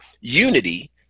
unity